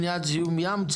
מניעת זיהום ים,